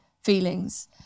feelings